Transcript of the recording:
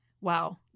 Wow